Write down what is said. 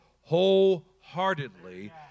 wholeheartedly